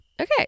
Okay